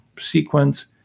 sequence